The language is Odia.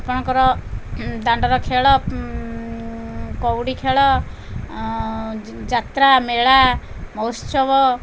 ଆପଣଙ୍କର ଦାଣ୍ଡର ଖେଳ କଉଡ଼ି ଖେଳ ଯାତ୍ରା ମେଳା ମହୋତ୍ସବ